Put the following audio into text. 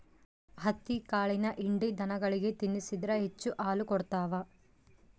ಹತ್ತಿಕಾಳಿನ ಹಿಂಡಿ ದನಗಳಿಗೆ ತಿನ್ನಿಸಿದ್ರ ಹೆಚ್ಚು ಹಾಲು ಕೊಡ್ತಾವ